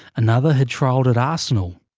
another had trialled at arsenal.